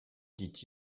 dit